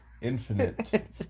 Infinite